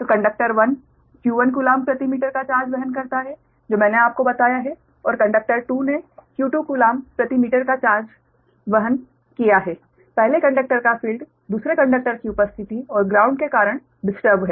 तो conductor 1 q1 coulomb प्रति metre का चार्ज वहन करता है जो मैंने आपको बताया है और कंडक्टर 2 ने q2 कूलाम्ब प्रति मीटर का चार्ज वहन किया है पहले कंडक्टर का फील्ड दूसरे कंडक्टर की उपस्थिति और ग्राउंड के कारण डिस्टर्बड है